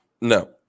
no